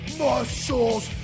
muscles